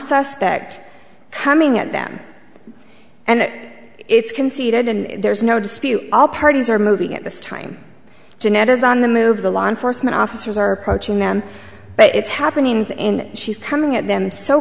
suspect coming at them and it's conceded and there's no dispute all parties are moving at this time jeanette is on the move the law enforcement officers are approaching them but it's happening as in she's coming at them so